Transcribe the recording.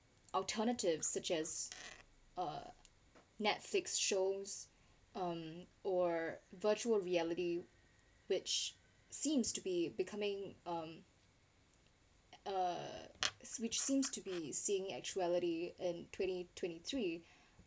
alternative such as uh Netflix shows um or virtual reality which seems to be becoming um uh which seems to be seeing actuality in twenty twenty three